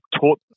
taught